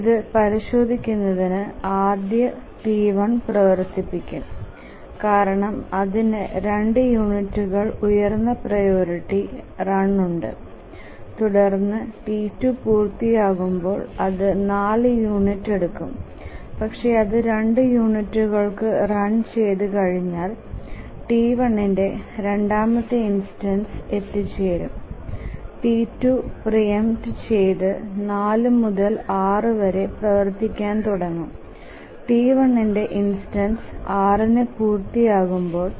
ഇത് പരിശോധിക്കുന്നതിന് ആദ്യം T1 പ്രവർത്തിക്കും കാരണം അതിന് 2 യൂണിറ്റുകൾക്ക് ഉയർന്ന പ്രിയോറിറ്റി റൺ ഉണ്ട് തുടർന്ന് T2 പൂർത്തിയാകുമ്പോൾ അത് 4 യൂണിറ്റുകൾ എടുക്കും പക്ഷേ അത് 2 യൂണിറ്റുകൾക്ക് റൺ ചെയ്തു കഴിഞ്ഞാൽ T1 ന്റെ രണ്ടാമത്തെ ഇൻസ്റ്റൻസ് എത്തിച്ചേരും T2 പ്രീ എംപ്റ്റ് ചെയ്ത് 4 മുതൽ 6 വരെ പ്രവർത്തിക്കാൻ തുടങ്ങും T1 ന്റെ ഇൻസ്റ്റൻസ് 6 ന് പൂർത്തിയാകുമ്പോൾ